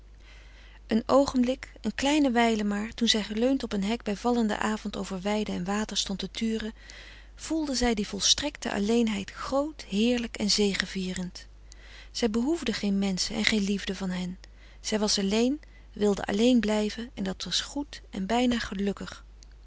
een oogenblik een kleine wijle maar toen zij geleund op een hek bij vallenden avond over weide en water stond te turen voelde zij die volstrekte alleenheid groot heerlijk en zegevierend zij behoefde geen menschen en geen liefde van hen zij was alleen wilde alleen blijven en dat was goed en bijna gelukkig